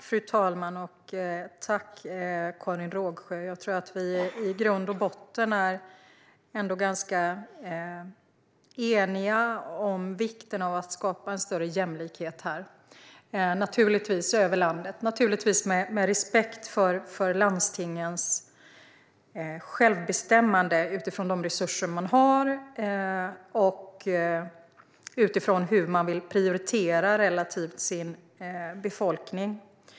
Fru talman! Jag tror att vi i grund och botten är ganska eniga, Karin Rågsjö, om vikten av att skapa en större jämlikhet över landet - naturligtvis med respekt för landstingens självbestämmande utifrån de resurser de har och utifrån hur de vill prioritera relativt vars och ens befolkning.